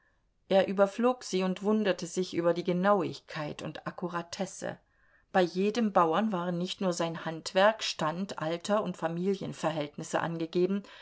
er überflog sie und wunderte sich über die genauigkeit und akkuratesse bei jedem bauern waren nicht nur sein handwerk stand alter und familienverhältnisse angegeben